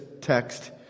text